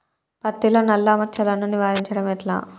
పత్తిలో నల్లా మచ్చలను నివారించడం ఎట్లా?